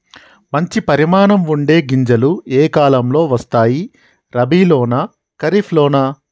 మంచి పరిమాణం ఉండే గింజలు ఏ కాలం లో వస్తాయి? రబీ లోనా? ఖరీఫ్ లోనా?